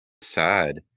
Sad